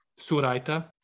suraita